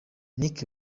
nick